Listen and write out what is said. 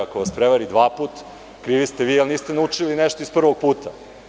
Ako vas prevari dva puta, krivi ste vi jer niste naučili nešto iz prvog puta.